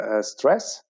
stress